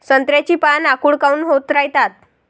संत्र्याची पान आखूड काऊन होत रायतात?